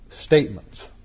statements